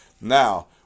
Now